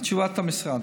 תשובת המשרד: